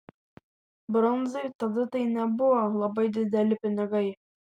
brundzai tada tai nebuvo labai dideli pinigai